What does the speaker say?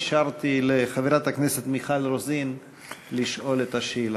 אישרתי לחברת הכנסת מיכל רוזין לשאול את השאלה.